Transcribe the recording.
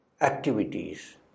activities